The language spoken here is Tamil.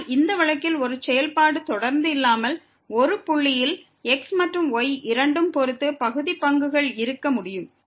ஆனால் இந்த வழக்கில் ஒரு செயல்பாடு தொடர்ந்து இல்லாமல் ஒரு புள்ளியில் x மற்றும் y இரண்டும் பொறுத்து பகுதி பங்குகள் இருக்க முடியும்